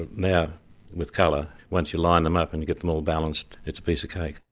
ah now with colour, once you line them up and you get them all balanced, it's a piece of cake.